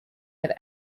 have